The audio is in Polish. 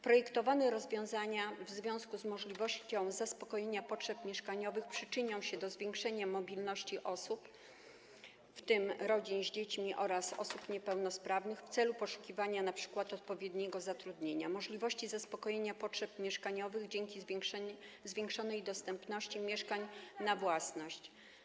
Projektowane rozwiązania w związku z możliwością zaspokojenia potrzeb mieszkaniowych przyczynią się do zwiększenia mobilności osób, w tym rodzin z dziećmi oraz osób niepełnosprawnych, w celu poszukiwania np. odpowiedniego zatrudnienia, co umożliwi zaspokojenie potrzeb mieszkaniowych dzięki zwiększonej dostępności mieszkań na własność.